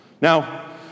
Now